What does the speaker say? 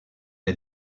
est